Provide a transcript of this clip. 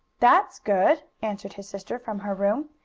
that's good, answered his sister from her room.